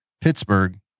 Pittsburgh